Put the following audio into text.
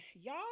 y'all